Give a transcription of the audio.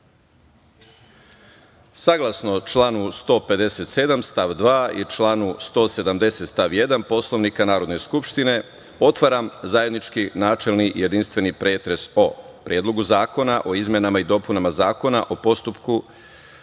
članu 157. stav 2. i članu 170. stav 1. Poslovnika Narodne skupštine, otvaram zajednički načelni jedinstveni pretres o Predlogu zakona o izmenama i dopunama Zakona o postupku